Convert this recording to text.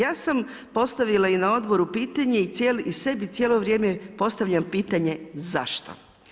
Ja sam postavila i na odboru pitanje i sebi cijelo vrijeme postavljam pitanje zašto?